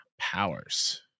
powers